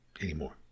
anymore